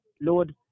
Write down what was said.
Lord